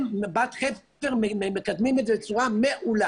בת חפר מקדמים את זה בצורה מעולה.